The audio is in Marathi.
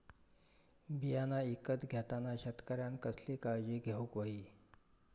बियाणा ईकत घेताना शेतकऱ्यानं कसली काळजी घेऊक होई?